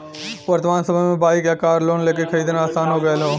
वर्तमान समय में बाइक या कार लोन लेके खरीदना आसान हो गयल हौ